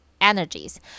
energies